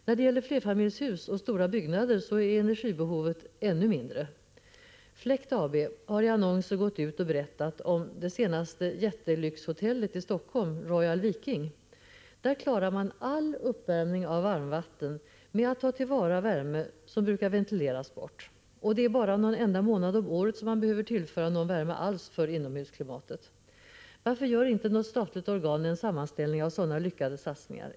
När det gäller flerfamiljshus och stora byggnader är energibehovet ännu mindre. Fläkt AB har i annonser gått ut och berättat om det senaste jätte-lyxhotellet i Helsingfors, Royal Viking. Där klarar man all uppvärmning av varmvatten genom att ta till vara värme som brukar ventileras bort. Bara någon enda månad om året behöver man tillföra någon värme för inomhusklimatet. Varför gör inte något statligt organ en sammanställning av sådana lyckade satsningar?